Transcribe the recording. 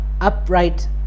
upright